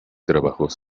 trabajos